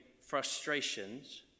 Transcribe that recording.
frustrations